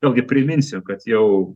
vėlgi priminsiu kad jau